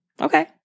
Okay